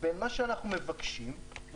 בין מה שאנחנו מבקשים לבין מה שאנחנו מקבלים.